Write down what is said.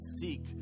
seek